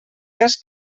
cas